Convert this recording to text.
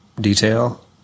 detail